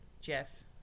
Jeff